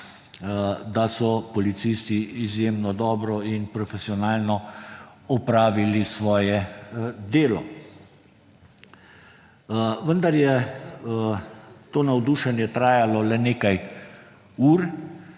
da so policisti izjemno dobro in profesionalno opravili svoje delo. Vendar je to navdušenje trajalo le nekaj ur,